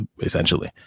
essentially